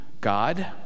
God